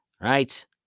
right